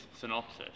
synopsis